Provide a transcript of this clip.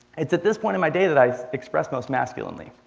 it's at this point in my day that i express most masculinity.